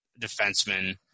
defenseman